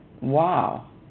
wow